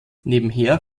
nebenher